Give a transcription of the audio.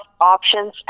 options